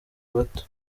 bato